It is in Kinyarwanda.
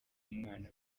umwana